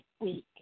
week